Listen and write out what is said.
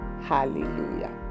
Hallelujah